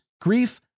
grief